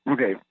Okay